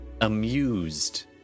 amused